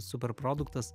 super produktas